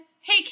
hey